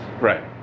Right